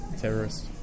terrorist